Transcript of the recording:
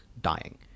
dying